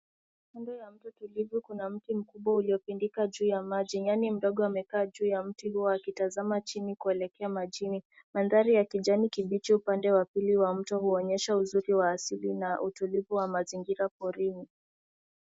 Kando ya mto tulivu, kuna mti mkubwa uliopindika juu ya maji. Nyani mdogo amekaa juu ya mti huo akitazama chini kuelekea majini. Mandhari ya kijani kibichi upande wa pili wa mto huonyesha uzuri wa asili na utulivu wa mazingira porini.